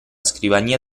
scrivania